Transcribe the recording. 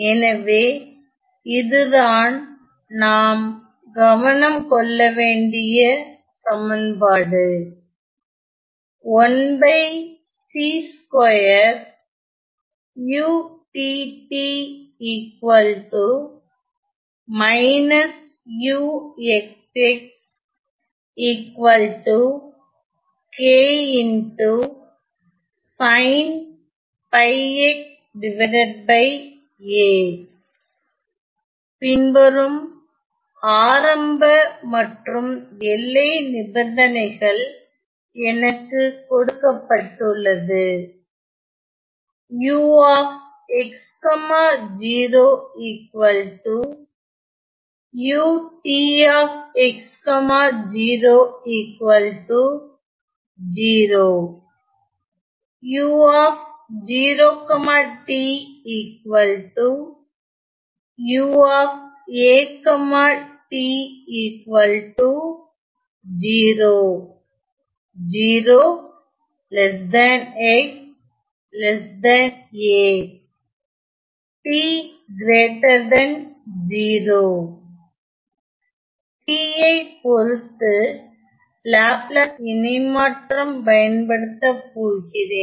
எனவே இதுதான் நாம் கவனம் கொள்ள வேண்டிய சமன்பாடு பின்வரும் ஆரம்ப மற்றும் எல்லை நிபந்தனைகள் எனக்கு கொடுக்கப்பட்டுள்ளது t ஐ பொறுத்து லாப்லாஸ் இணை மாற்றம் பயன்படுத்த போகிறேன்